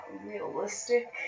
realistic